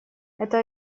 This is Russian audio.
это